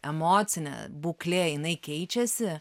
emocinė būklė jinai keičiasi